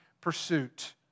pursuit